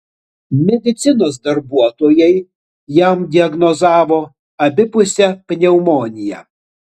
medicinos darbuotojai jam diagnozavo abipusę pneumoniją